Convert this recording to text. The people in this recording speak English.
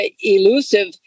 elusive